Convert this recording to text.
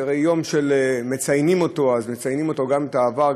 זה יום שכשמציינים אותו אז מציינים גם את העבר,